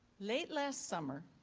late last summer